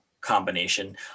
combination